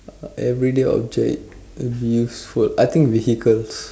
everyday object would be useful I think vehicles